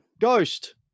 ghost